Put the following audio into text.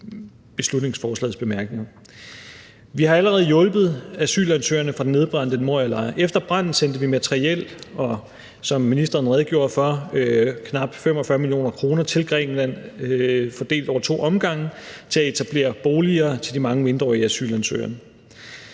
beslutningsforslagets bemærkninger. Vi har allerede hjulpet asylansøgerne fra den nedbrændte Morialejr. Efter branden sendte vi materiel og, som ministeren redegjorde for, knap 45 mio. kr. til Grækenland fordelt over to omgange til at etablere boliger til de mange mindreårige asylansøgere.